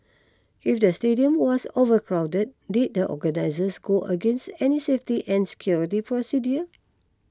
if the stadium was overcrowded did the organisers go against any safety and security procedures